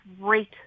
great